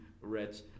rich